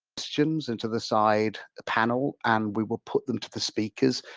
questions into the side panel and we will put them to the speakers.